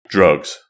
Drugs